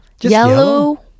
yellow